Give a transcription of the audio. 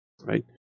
right